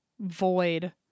void